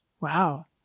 Wow